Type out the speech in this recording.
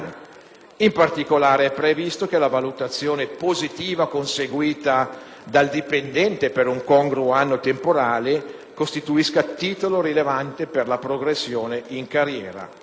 In particolare, è previsto che la valutazione positiva conseguita dal dipendente per un congruo arco temporale costituisca titolo rilevante per la progressione in carriera.